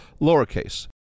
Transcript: lowercase